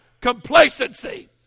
complacency